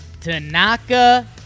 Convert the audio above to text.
Tanaka